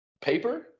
Paper